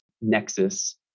nexus